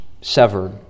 severed